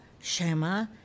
Shema